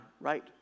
right